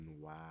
wow